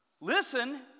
listen